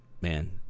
man